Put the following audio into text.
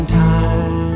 time